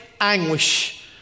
anguish